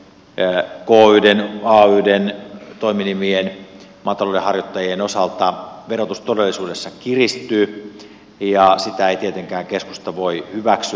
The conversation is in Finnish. henkilöyhtiöiden kyiden ayiden toiminimien maataloudenharjoittajien osalta verotus todellisuudessa kiristyy ja sitä ei tietenkään keskusta voi hyväksyä